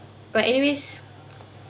but anyways